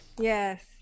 Yes